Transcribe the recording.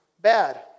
bad